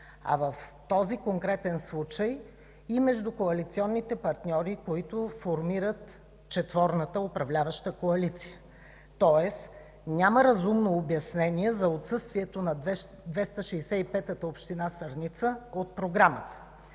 а в този конкретен случай – и между коалиционните партньори, които формират четворната управляваща коалиция, тоест няма разумно обяснение за отсъствието на 265-ата община Сърница от програмата.